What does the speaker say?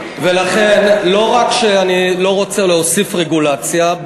לא רק שאני לא רוצה להוסיף רגולציה,